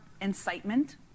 incitement